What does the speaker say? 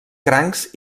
crancs